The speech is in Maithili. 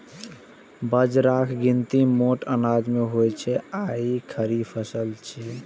बाजराक गिनती मोट अनाज मे होइ छै आ ई खरीफ फसल छियै